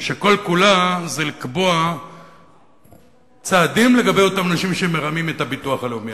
שכל כולה זה לקבוע צעדים לגבי אותם אנשים שמרמים את הביטוח הלאומי.